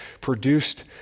produced